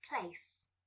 place